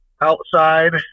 outside